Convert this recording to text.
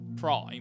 Prime